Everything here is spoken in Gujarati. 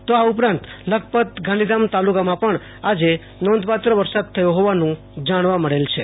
તો આ ઉપરાંત લખપતગાંધીધામ તાલુકામાં પણ આજે નોંધપાત્ર વરસાદ થયો હોવાનું જાણવા મળેલ છે